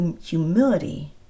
humility